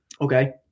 Okay